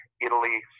Italy